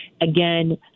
Again